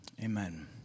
Amen